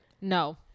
No